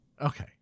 Okay